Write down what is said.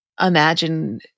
imagine